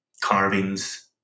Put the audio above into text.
carvings